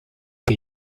que